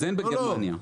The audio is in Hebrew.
אז בגרמניה.